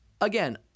again